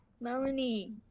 Melanie